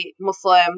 Muslim